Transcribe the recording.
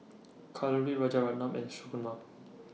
Kalluri Rajaratnam and Shunmugam